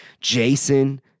Jason